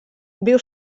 viu